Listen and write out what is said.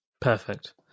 Perfect